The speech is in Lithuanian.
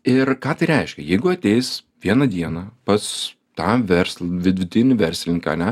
ir ką tai reiškia jeigu ateis vieną dieną pas tą versl vidutinį verslininką ar ne